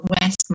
west